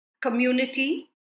community